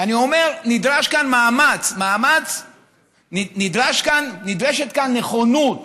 ואני אומר: נדרש כאן מאמץ, נדרשת כאן נכונות